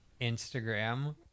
instagram